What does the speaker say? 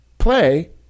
play